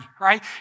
right